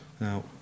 Now